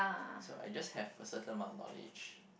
so I just have a certain amount of knowledge